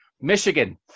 Michigan